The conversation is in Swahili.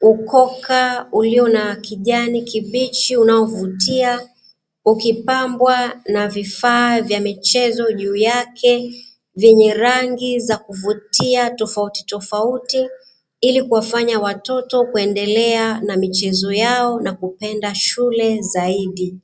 ukoka ulio na kijani kibichi unaovutia ukipambwa na vifaa ya michezo juu yake vyenye rangi ya kuvutia tofauti tofauti ili kuwafanya watoto kupenda shule zaidi.